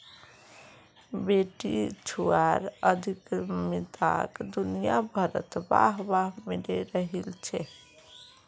बेटीछुआर उद्यमिताक दुनियाभरत वाह वाह मिले रहिल छे